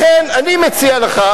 לכן אני מציע לך,